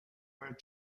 were